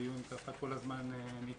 נזכור שהדיון כל הזמן נדחה.